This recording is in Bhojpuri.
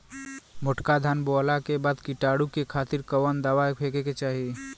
मोटका धान बोवला के बाद कीटाणु के खातिर कवन दावा फेके के चाही?